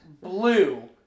blue